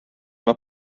mae